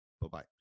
bye-bye